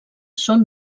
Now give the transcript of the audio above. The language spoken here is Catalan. són